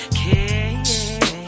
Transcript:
care